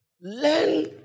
learn